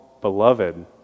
beloved